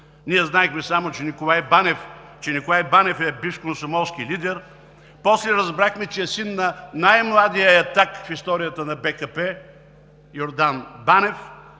Ние знаехме само, че Николай Банев е бивш комсомолски лидер. После разбрахме, че е син на най-младия ятак в историята на БКП – Йордан Банев,